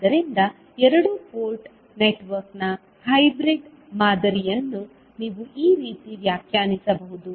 ಆದ್ದರಿಂದ ಎರಡು ಪೋರ್ಟ್ ನೆಟ್ವರ್ಕ್ನ ಹೈಬ್ರಿಡ್ ಮಾದರಿಯನ್ನು ನೀವು ಈ ರೀತಿ ವ್ಯಾಖ್ಯಾನಿಸಬಹುದು